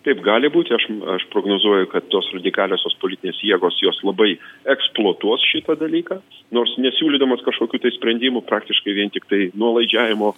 taip gali būti aš aš prognozuoju kad tos radikaliosios politinės jėgos jos labai eksploatuos šitą dalyką nors nesiūlydamas kažkokių sprendimų praktiškai vien tiktai nuolaidžiavimo